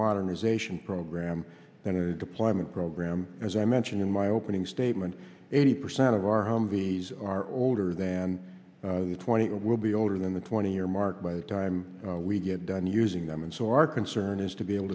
modernization program than a deployment program as i mentioned in my opening statement eighty percent of our humvees are older than twenty will be older than the twenty year mark by the time we get done using them and so our concern is to be able